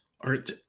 art